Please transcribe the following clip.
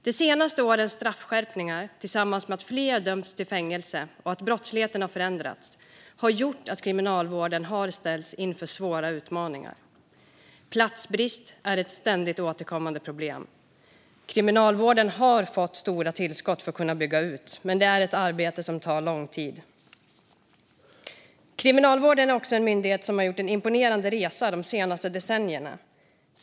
De senaste årens straffskärpningar tillsammans med att fler dömts till fängelse och att brottsligheten har förändrats har gjort att Kriminalvården har ställts inför svåra utmaningar. Platsbrist är ett ständigt återkommande problem. Kriminalvården har fått stora tillskott för att kunna bygga ut, men det är ett arbete som tar lång tid. Kriminalvården är också en myndighet som har gjort en imponerande resa de senaste decennierna.